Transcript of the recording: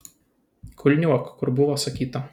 kulniuok kur buvo sakyta